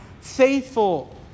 faithful